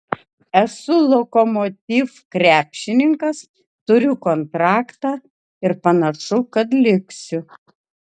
esu lokomotiv krepšininkas turiu kontraktą ir panašu kad liksiu